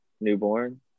newborn